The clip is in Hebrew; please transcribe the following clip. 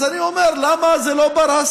אז אני אומר: למה זה לא בר-השגה?